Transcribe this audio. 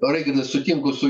raigardai sutinku su